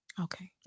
Okay